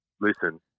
Listen